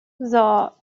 though